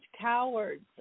cowards